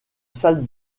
salle